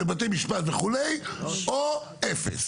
בתי משפט וכולי או אפס,